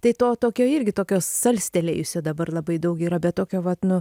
tai to tokio irgi tokio salstelėjusio dabar labai daug yra bet tokio vat nu